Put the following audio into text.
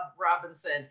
robinson